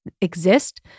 exist